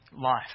life